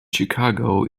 chicago